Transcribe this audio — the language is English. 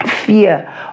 Fear